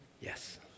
Yes